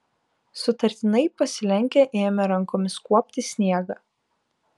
sutartinai pasilenkę ėmė rankomis kuopti sniegą